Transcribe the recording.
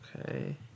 Okay